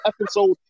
episode